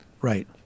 Right